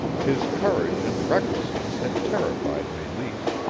his courage and recklessness had terrified meleese,